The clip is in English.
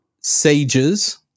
sages